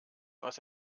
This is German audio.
was